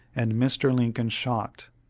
and mr. lincoln shot,